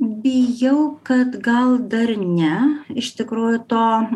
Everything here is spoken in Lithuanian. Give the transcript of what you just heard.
bijau kad gal dar ne iš tikrųjų to